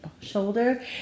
shoulder